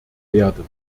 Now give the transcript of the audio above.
werden